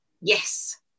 yes